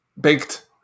baked